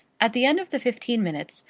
at the end of the fifteen minutes,